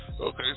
Okay